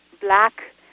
black